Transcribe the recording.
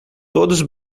todos